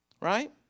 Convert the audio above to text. right